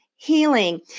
Healing